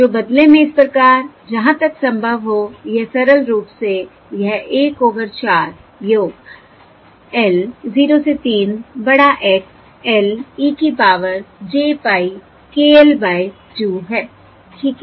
जो बदले में इस प्रकार जहाँ तक संभव हो यह सरल रूप से यह 1 ओवर 4 योग l 0 से 3 बड़ा X l e की power j pie k l by 2 है ठीक है